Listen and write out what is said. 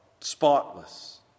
spotless